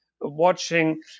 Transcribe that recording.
watching